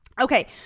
Okay